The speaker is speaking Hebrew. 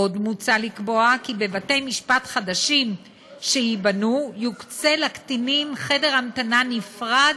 עוד מוצע לקבוע כי בבתי-משפט חדשים שייבנו יוקצה לקטינים חדר המתנה נפרד